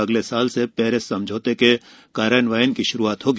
अगले साल से पेरिस समझौते के कार्यान्वयन की शुरुआत होगी